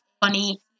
funny